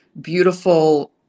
beautiful